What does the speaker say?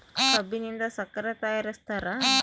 ಕಬ್ಬಿನಿಂದ ಸಕ್ಕರೆ ತಯಾರಿಸ್ತಾರ